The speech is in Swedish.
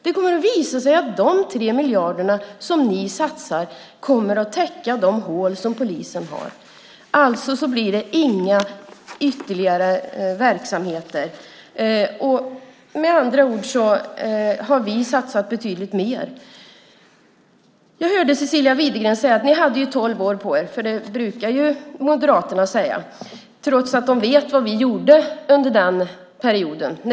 Det kommer att visa sig att de 3 miljarder som ni satsar kommer att täcka de hål som polisen har. Alltså blir det inga ytterligare verksamheter. Med andra ord har vi satsat betydligt mer. Jag hörde Cecilia Widegren säga att vi hade tolv år på oss. Det brukar Moderaterna säga, trots att de vet vad vi gjorde under den perioden.